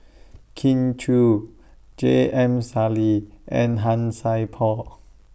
Kin Chui J M Sali and Han Sai Por